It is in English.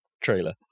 trailer